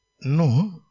No